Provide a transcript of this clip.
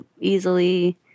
easily